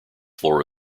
floor